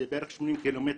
זה בערך 80 קילומטר.